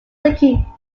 leaking